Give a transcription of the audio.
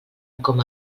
com